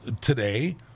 Today